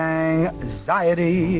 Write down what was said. anxiety